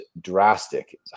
drastic